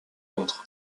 contre